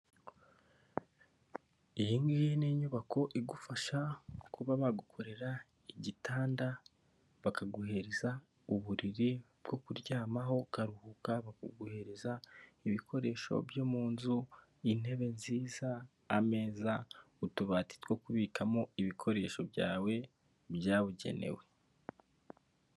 Iyingiyi ni inyubako igufasha kuba bagukorera igitanda, bakaguhereza uburiri bwo kuryamaho ukaruhuka, bakaguhereza ibikoresho byo mu nzu intebe nziza, ameza utubati two kubikamo ibikoresho byawe byabugenewe.